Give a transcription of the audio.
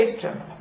question